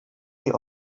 die